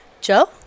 joe